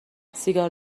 سیگار